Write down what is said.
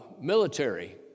military